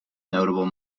notable